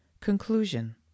Conclusion